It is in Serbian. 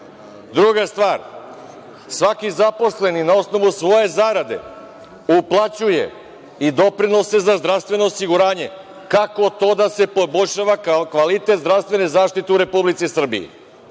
stvar, svaki zaposleni na osnovu svoje zarade uplaćuje i doprinose za zdravstveno osiguranje. Kako to da se poboljšava kvalitet zdravstvene zaštite u Republici Srbiji?